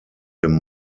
dem